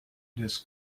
des